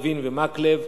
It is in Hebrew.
לוין ומקלב.